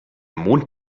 mond